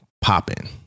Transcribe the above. popping